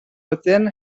within